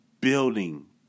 building